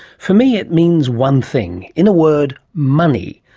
for me it means one thing, in a word money.